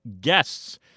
guests